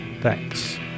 Thanks